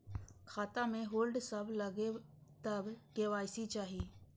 खाता में होल्ड सब लगे तब के.वाई.सी चाहि?